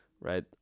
right